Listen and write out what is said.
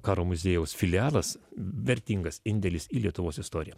karo muziejaus filialas vertingas indėlis į lietuvos istoriją